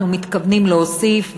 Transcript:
אנחנו מתכוונים להוסיף,